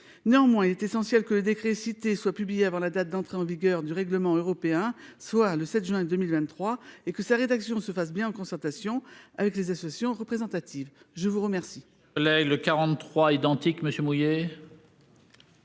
Néanmoins, il est essentiel que le décret cité soient publiés avant la date d'entrée en vigueur du règlement européen soit le 7 juin 2023 et que sa rédaction se fasse bien, en concertation avec les associations représentatives. Je vous remercie.